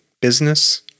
business